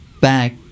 back